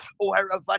wherever